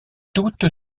toutes